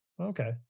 Okay